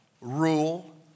rule